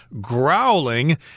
growling